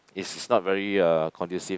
it's is not very uh conducive